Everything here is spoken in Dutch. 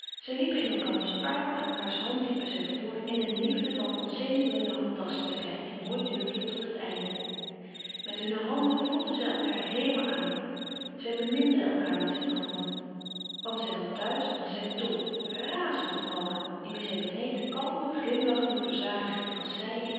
zij liepen in elkanders arm aan elkaârs hand liepen zij voort in een liefde van ontzenuwende handtastelijkheid die nooit durfde tot het einde met hunne handen voelden zij elkaâr heelemaal aan zij beminden elkaâr met hun handen kwam zij dan thuis dan was zij dol razend op mama in wie zij beneed de kalme glimlachende verzadiging als zij in